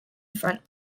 front